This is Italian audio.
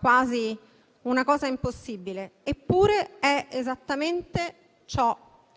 quasi una cosa impossibile, eppure è esattamente ciò